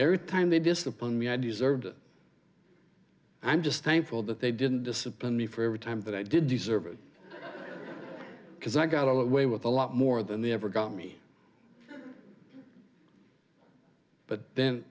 every time they disciplined me i deserved it i'm just thankful that they didn't discipline me for every time that i did deserve it because i got away with a lot more than they ever got me but then